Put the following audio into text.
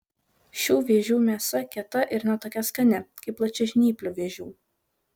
šių vėžių mėsa kieta ir ne tokia skani kaip plačiažnyplių vėžių